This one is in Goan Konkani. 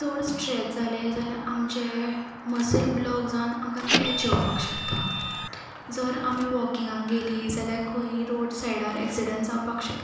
चड स्ट्रॅच जालें जाल्यार आमचें मसल ब्लॉक जावन आमकां कॅच येवपाक शकता जर आमी वॉकिंगाक गेली जाल्या खंयीय रोड सायडार एक्सिडंट जावपाक शकता